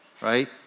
right